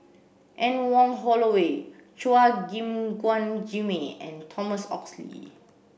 Anne Wong Holloway Chua Gim Guan Jimmy and Thomas Oxley